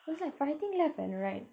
it was like fighting left and right